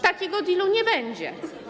Takiego dealu nie będzie.